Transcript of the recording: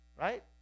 Right